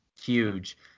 huge